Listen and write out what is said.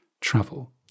travel